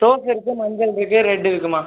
rose இருக்குது மஞ்சள் இருக்குது ரெட் இருக்குதும்மா